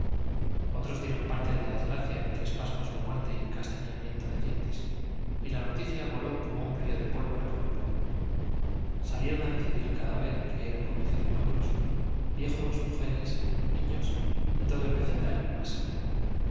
otros dieron parte de la desgracia entre espasmos de muerte y castañeteamiento de dientes y la noticia voló como un río de pólvora por el pueblo salieron á recibir el cadáver que era conducido en hombros viejos mujeres niíios y todo el vecindario en masa